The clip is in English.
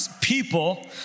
people